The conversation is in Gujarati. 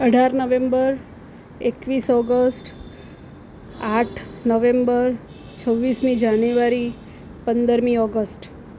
અઢાર નવેમ્બર એકવીસ ઓગસ્ટ આઠ નવેમ્બર છવ્વીસમી જાન્યુઆરી પંદરમી ઓગસ્ટ